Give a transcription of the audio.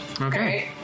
okay